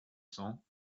cents